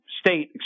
State